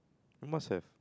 you must have